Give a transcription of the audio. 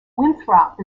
winthrop